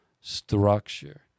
structure